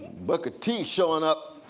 booker t. showing up